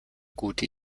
gute